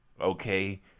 okay